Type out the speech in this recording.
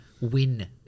win